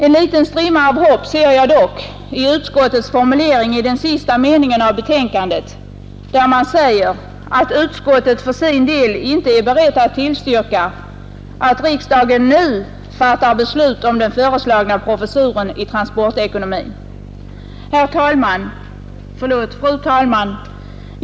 En liten strimma av hopp ser jag dock i utskottets formulering i den sista meningen av betänkandet där man säger att utskottet för sin del är berett tillstyrka, att riksdagen nu fattar beslut om den föreslagna professuren i transportekonomi. Fru talman!